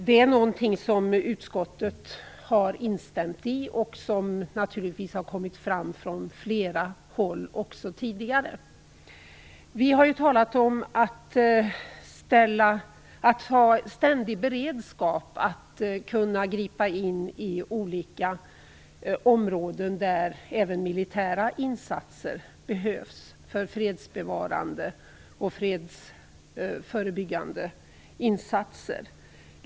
Det är någonting som utskottet har instämt i och som naturligtvis har kommit fram från flera håll tidigare. Vi har ju talat om att ha en ständig beredskap, att kunna gripa in i olika områden där även militära insatser behövs för fredsbevarande och konfliktförebyggande insatser.